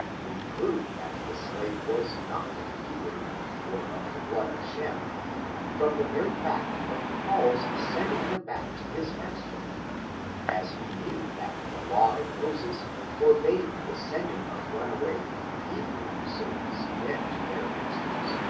we prove that the slave was not a hebrew or of the blood of shem from the very fact of paul's sending him back to his master as he knew that the law of moses forbade the sending of runaway hebrew servants again to their masters,